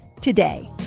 today